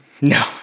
no